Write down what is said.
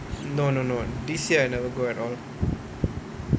mm no no no this year I never go at all